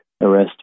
arrest